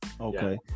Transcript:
Okay